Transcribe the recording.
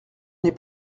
n’ai